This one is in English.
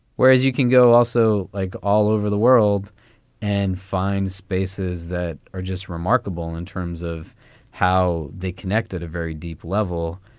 whereas you can go also like all over the world and find spaces that are just remarkable in terms of how they connected a very deep level.